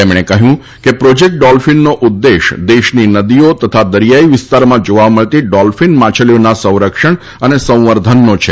તેમણે કહ્યું કે પ્રોજેક્ટ ડોલ્ફીનનો ઉદ્દેશ દેશની નદીઓ તથા દરિયાઈ વિસ્તારમાં જોવા મળતી ડોલ્ફીન માછલીઓના સંરક્ષણ અને સંવર્ધનનો છે